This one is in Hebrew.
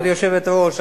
כבוד היושבת-ראש,